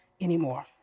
anymore